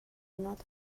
not